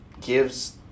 gives